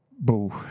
boo